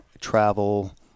travel